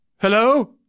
Hello